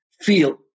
feel